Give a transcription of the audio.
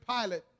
Pilate